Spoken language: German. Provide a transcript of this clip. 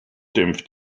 dämpft